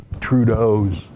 Trudeau's